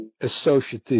associative